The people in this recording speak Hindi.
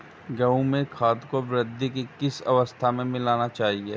गेहूँ में खाद को वृद्धि की किस अवस्था में मिलाना चाहिए?